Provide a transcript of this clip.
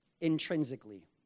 intrinsically